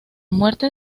muerte